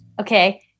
okay